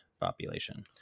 population